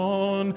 on